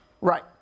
Right